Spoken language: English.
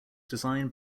designed